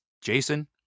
Jason